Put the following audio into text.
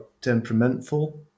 temperamental